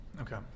Okay